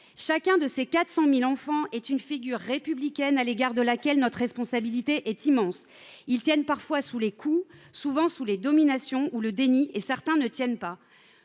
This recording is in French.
Chacun de ces 400 000 enfants est une figure républicaine à l’égard de laquelle notre responsabilité est immense. Ces enfants tiennent, parfois sous les coups, souvent sous les dominations ou le déni. Certains ne tiennent pas.